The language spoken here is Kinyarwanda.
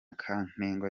kantengwa